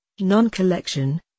non-collection